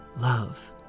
love